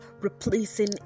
replacing